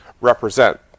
represent